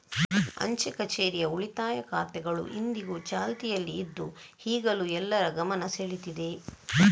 ಅಂಚೆ ಕಛೇರಿಯ ಉಳಿತಾಯ ಖಾತೆಗಳು ಇಂದಿಗೂ ಚಾಲ್ತಿಯಲ್ಲಿ ಇದ್ದು ಈಗಲೂ ಎಲ್ಲರ ಗಮನ ಸೆಳೀತಿದೆ